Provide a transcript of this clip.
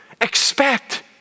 Expect